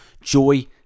joy